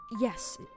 yes